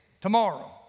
tomorrow